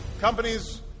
Companies